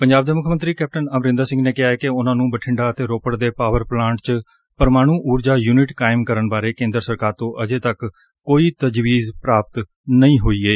ਪੰਜਾਬ ਦੇ ਮੁੱਖ ਮੰਤਰੀ ਕੈਪਟਨ ਅਮਰਿੰਦਰ ਸਿੰਘ ਨੇ ਕਿਹਾ ਏ ਕਿ ਉਨ੍ਹਾ ਨੂੰ ਬਠਿੰਡਾ ਅਤੇ ਰੋਪੜ ਦੇ ਪਾਵਰ ਪਲਾਂਟ ਚ ਪ੍ਰਮਾਣ ਉਰਜਾ ਯੁਨਿਟ ਕਾਇਮ ਕਰਨ ਬਾਰੇ ਕੇਂਦਰ ਸਰਕਾਰ ਤੋਂ ਅਜੇ ਤੱਕ ਕੋਈ ਤਜਵੀਜ਼ ਪ੍ਰਾਪਤ ਨਹੀ ਹੋਈ ਏ